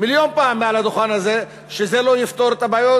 מיליון פעם מעל הדוכן הזה שזה לא יפתור את הבעיות,